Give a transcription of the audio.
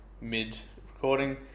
mid-recording